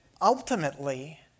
ultimately